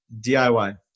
DIY